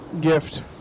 gift